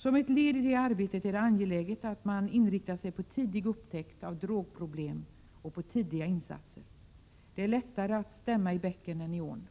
Som ett led i detta arbete är det angeläget att man inriktar sig på tidig upptäckt av drogproblem och på tidiga insatser. Det är lättare att stämma i bäcken än i ån.